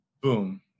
boom